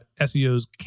SEOs